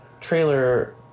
trailer